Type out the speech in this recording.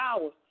hours